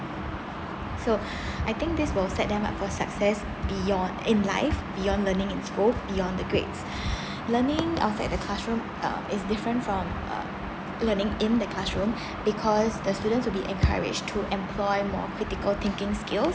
so I think this will set them up for success beyond in life beyond learning in school beyond the grades learning outside the classroom uh is different from uh learning in the classroom because the students would be encouraged to employ more critical thinking skills